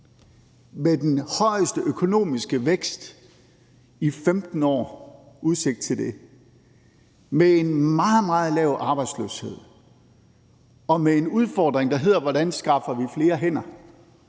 til den højeste økonomiske vækst i 15 år, med en meget, meget lav arbejdsløshed og med en udfordring, der hedder, hvordan vi skaffer flere hænder,